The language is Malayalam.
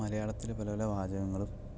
മലയാളത്തിലെ പലപല വാചകങ്ങളും